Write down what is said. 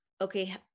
okay